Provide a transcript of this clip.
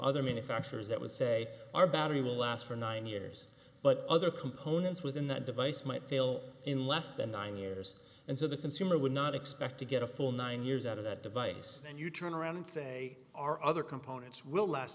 other manufacturers that would say our battery will last for nine years but other components within that device might fail in less than nine years and so the consumer would not expect to get a full nine years out of that device and you turn around and say our other components will last